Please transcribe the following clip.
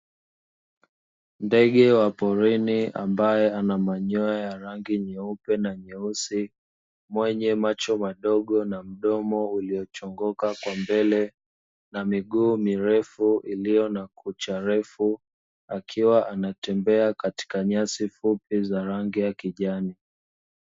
Ndege wa porini ambaye anamanyoa ya rangi nyeupe na nyeusi mwenye macho madogo na mdomo uliochongoka kwa mbele na miguu mirefu iliyo na kucha refu, akiwa anatembea katika nyasi fupi za rangi ya kijani.